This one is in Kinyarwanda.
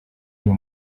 uyu